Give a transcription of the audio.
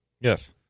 Yes